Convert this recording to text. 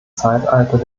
zeitalter